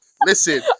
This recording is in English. Listen